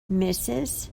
mrs